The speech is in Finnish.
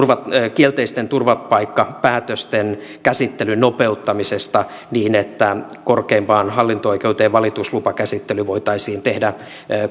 kielteisten turvapaikkapäätösten käsittelyn nopeuttamisesta niin että korkeimpaan hallinto oikeuteen valituslupakäsittely voitaisiin tehdä